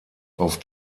auf